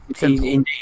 Indeed